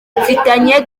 mfitanye